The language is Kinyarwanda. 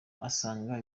asanga